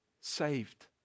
saved